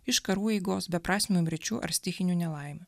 iš karų eigos beprasmių mirčių ar stichinių nelaimių